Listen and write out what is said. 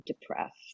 Depressed